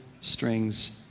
strings